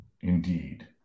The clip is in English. Indeed